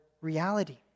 reality